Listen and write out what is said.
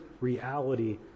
reality